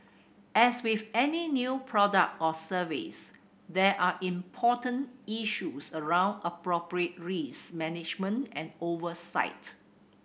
as with any new product or service there are important issues around appropriate risk management and oversight